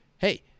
hey